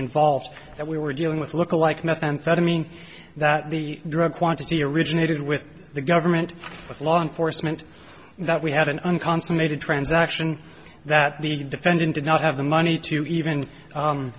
involved that we were dealing with look alike methamphetamine that the drug quantity originated with the government with law enforcement that we had an unconsummated transaction that the defendant did not have the money to even